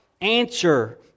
answer